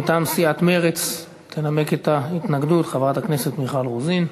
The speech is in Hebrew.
מטעם סיעת מרצ תנמק את ההתנגדות חברת הכנסת מיכל רוזין.